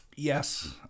Yes